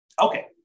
Okay